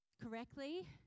correctly